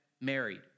married